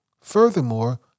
furthermore